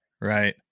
Right